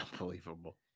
unbelievable